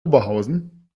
oberhausen